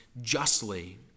justly